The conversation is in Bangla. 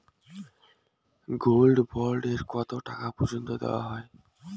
গোল্ড বন্ড এ কতো টাকা পর্যন্ত দেওয়া হয়?